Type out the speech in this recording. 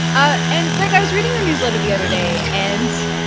ah and, greg, i was reading your newsletter the other day. and,